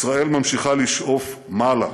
ישראל ממשיכה לשאוף מעלה,